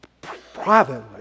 privately